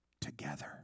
together